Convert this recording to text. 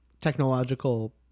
technological